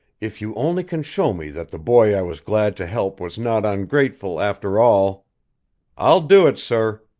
if you only can show me that the boy i was glad to help was not ungrateful, after all i'll do it, sir!